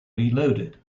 reloaded